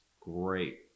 Great